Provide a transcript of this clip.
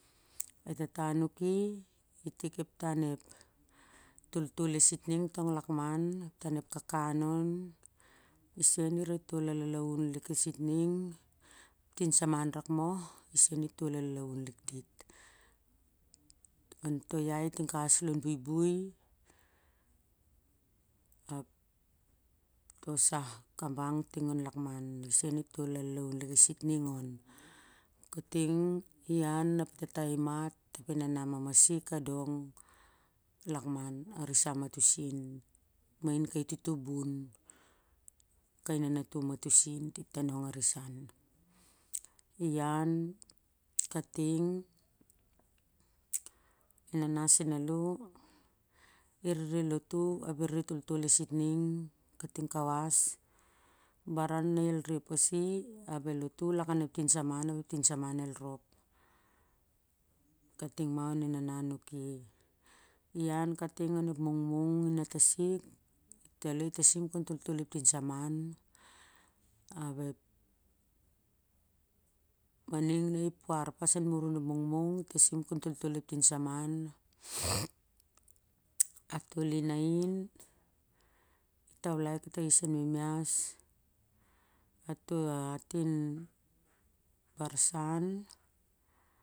Tata nuki i tik ep tan ep toltol e sting tong lakman tan ep kankan on isem i re tol alallaun lik e sting tin samon rakmoh i sen i tol alalaun on to iai sai. kawas lon buibui ap to sah kabang tin an lakman i sen i tol alalaun lik e sitring on kating ian ape tata i mat ap e na mamasik a dong lakamn aran mah to sin ma in kai tutubun kai ra natum ma to mah to sin dit a nongarisin ian kating e na na sen na lo kirere lotu ap kirere lotu ap kirere toltol e sitnign ka ting kawas baran na el re pasi ap el lotu lakan ep tin samanap ep tin samen el rep kating ma on e nanan a nuki ian kafing on ep mung in a tasin i slo i tsim on kon toltol ep tin saman ap e maning na i puar pas muran ep mungmung i sa lo i tasim on kon toltol ep tinsaman a to in coin tawlar ta is an mimias ap a atin barsan